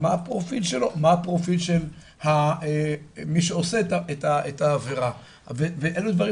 מה הפרופיל של מי שעושה את העבירה ואלו הדברים